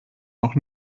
noch